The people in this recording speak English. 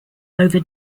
over